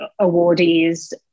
awardees